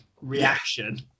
reaction